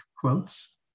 quotes